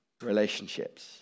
relationships